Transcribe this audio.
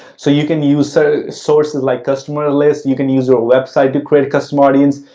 so, you can use so sources like customer list, you can use your website to create a custom audience.